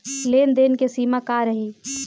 लेन देन के सिमा का रही?